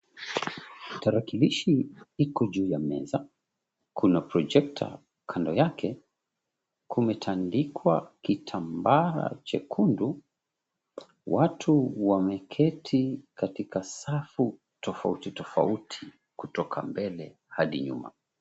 Tarakilishi iko juu ya meza, kuna projector kando yake, kumetandikwa kitambaa chekundu. Watu wameketi katika safu tofauti tofauti kutoka mbele hadi nyuma.